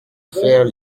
faire